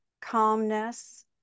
calmness